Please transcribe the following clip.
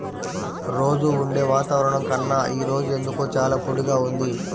రోజూ ఉండే వాతావరణం కన్నా ఈ రోజు ఎందుకో చాలా పొడిగా ఉంది